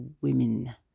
Women